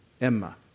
Emma